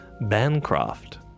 Bancroft